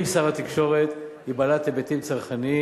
עם שר התקשורת, היא בעלת היבטים צרכניים.